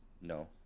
No